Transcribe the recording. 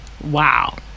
wow